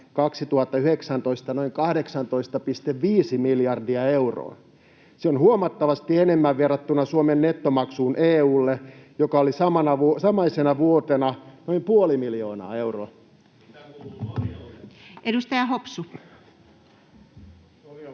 2019 noin 18,5 miljardia euroa. Se on huomattavasti enemmän verrattuna Suomen nettomaksuun EU:lle, joka oli samaisena vuotena noin puoli miljardia euroa. [Vilhelm